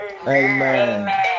Amen